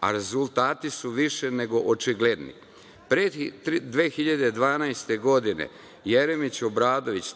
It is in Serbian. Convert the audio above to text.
a rezultati su više nego očigledni. Pre 2012. godine Jeremić, Obradović,